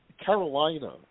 Carolina